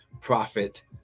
profit